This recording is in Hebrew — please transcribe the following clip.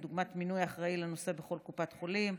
כדוגמת מינוי אחראי לנושא בכל קופת חולים,